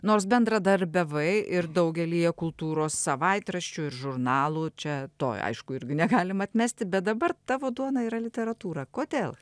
nors bendradarbiavai ir daugelyje kultūros savaitraščių ir žurnalų čia to aišku irgi negalima atmesti bet dabar tavo duona yra literatūra kodėl